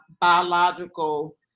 biological